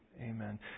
amen